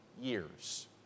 years